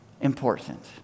important